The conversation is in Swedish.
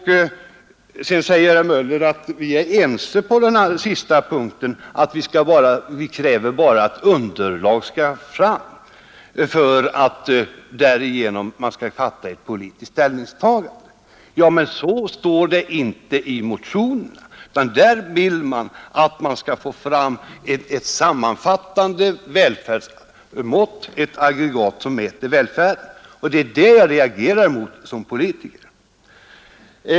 Sedan säger herr Möller i Göteborg att vi är ense på den sista punkten, nämligen att vi kräver bara att underlag skall fram för att man därigenom skall kunna göra ett politiskt ställningstagande. Men så står det inte i motionerna, utan där vill man ha fram ett sammanfattande mått, ett aggregat som mäter välfärden. Det är det jag reagerar mot som politiker.